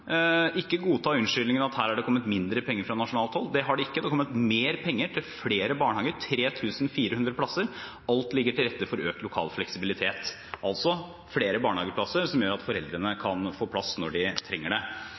ikke godta unnskyldningen om at her er det kommet mindre penger fra nasjonalt hold, for det har det ikke. Det har kommet mer penger til flere barnehageplasser – 3 400 plasser – og alt ligger til rette for økt lokal fleksibilitet, altså flere barnehageplasser som gjør at foreldrene kan få plass når de trenger det. Så er det